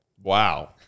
Wow